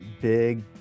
big